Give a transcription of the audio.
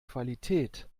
qualität